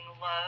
love